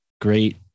great